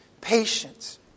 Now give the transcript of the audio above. patience